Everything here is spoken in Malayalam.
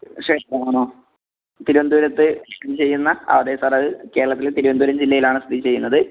ക്ഷേത്രം ആണോ തിരുവനന്തപുരത്ത് സ്ഥിതി ചെയ്യുന്ന അതെ സാറേ കേരളത്തില് തിരുവനന്തപുരം ജില്ലയിലാണ് സ്ഥിതി ചെയ്യുന്നത്